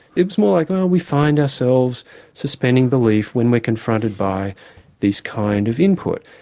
it's more like oh, we find ourselves suspending belief when we're confronted by this kind of input.